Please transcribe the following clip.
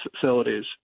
facilities